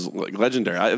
legendary